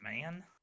man